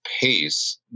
pace